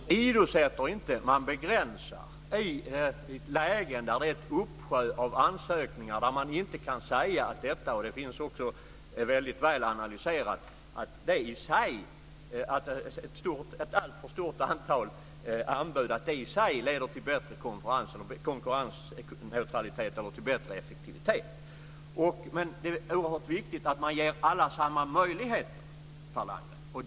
Fru talman! Man åsidosätter inte utan man begränsar, i ett läge där det finns en uppsjö av ansökningar. Det finns väl analyserat. Det går inte att säga att ett alltför stort antal anbud leder till bättre konkurrens, konkurrensneutralitet eller högre effektivitet. Det är dock oerhört viktigt att alla får samma möjlighet.